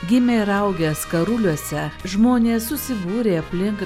gimė ir augę skaruliuose žmonės susibūrė aplink